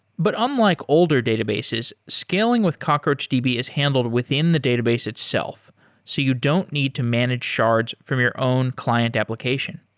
but unlike older databases, scaling with cockroachdb is handled within the database itself so you don't need to manage shards from your own client application,